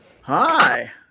Hi